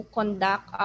conduct